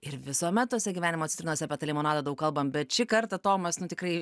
ir visuomet tose gyvenimo citrinose apie tą limonadą daug kalbam bet šį kartą tomas nu tikrai